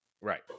Right